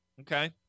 Okay